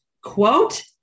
Quote